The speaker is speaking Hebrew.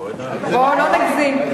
בוא לא נגזים.